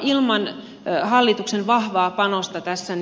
ilman hallituksen vahvaa panosta tässä